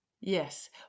Yes